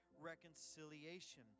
reconciliation